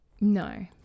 No